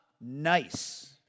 nice